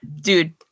Dude